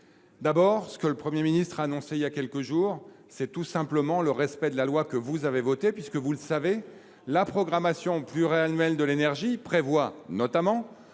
D’abord, comme le Premier ministre l’a annoncé il y a quelques jours, il convient simplement de respecter la loi que vous avez adoptée puisque, vous le savez, la programmation pluriannuelle de l’énergie prévoit notamment